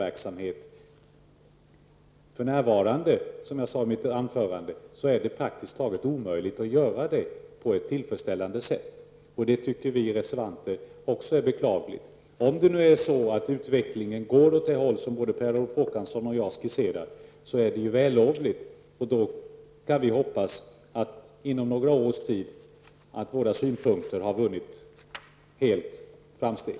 Detta är för närvarande, som jag sade i mitt anförande, praktiskt taget omöjligt att göra på ett tillfredsställande sätt. Också detta anser vi reservanter är beklagligt. Om utvecklingen går åt det håll som både Per Olof Håkansson och jag skisserar är det vällovligt. Vi kan då hoppas att våra synpunkter helt har vunnit framsteg inom några års tid.